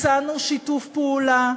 הצענו שיתוף פעולה,